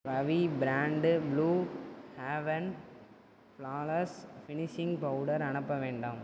Ravi brand Blue Heaven flawless finishing powder அனுப்ப வேண்டாம்